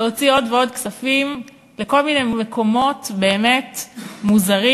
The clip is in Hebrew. להוציא עוד ועוד כספים לכל מיני מקומות באמת מוזרים,